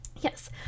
yes